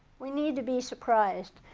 we need to be surprised.